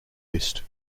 list